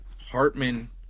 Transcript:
Hartman